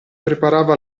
preparava